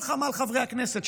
כל חמ"ל חברי הכנסת,